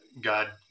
God